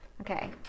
Okay